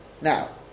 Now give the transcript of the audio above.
Now